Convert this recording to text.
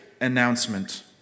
announcement